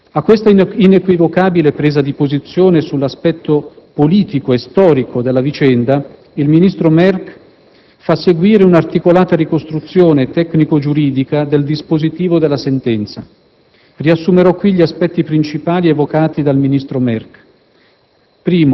A questa inequivocabile presa di posizione sull'aspetto politico e storico della vicenda, il ministro Merk fa seguire un'articolata ricostruzione tecnico‑giuridica del dispositivo della sentenza. Riassumerò qui gli aspetti principali evocati dal ministro Merk.